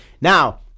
Now